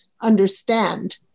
understand